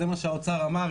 זה מה שהאוצר אמר,